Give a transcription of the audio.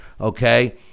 okay